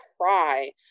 cry